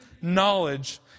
knowledge